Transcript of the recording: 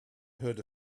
heard